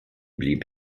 blieb